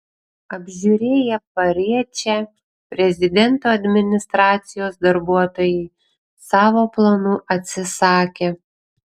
apžiūrėję pariečę prezidento administracijos darbuotojai savo planų atsisakė